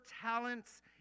talents